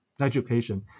education